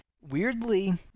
Weirdly